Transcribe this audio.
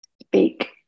speak